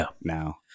now